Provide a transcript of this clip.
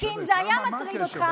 למה, מה הקשר?